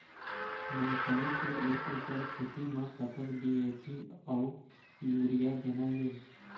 मूंगफली के एक एकड़ खेती म कतक डी.ए.पी अउ यूरिया देना ये?